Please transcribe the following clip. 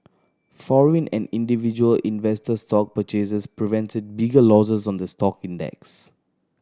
foreign and individual investor stock purchases prevented bigger losses on the stock index